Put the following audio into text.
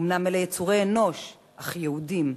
אומנם אלה יצורי אנוש, אך יהודים,